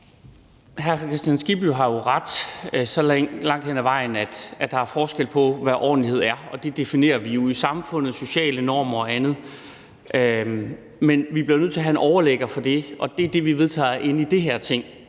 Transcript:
jo ret så langt hen ad vejen, at der er forskel på, hvad ordentlighed er. Det definerer vi jo i samfundet med sociale normer og andet. Men vi bliver nødt til at have en overlægger på det, og det er det, vi vedtager inde i det her Ting.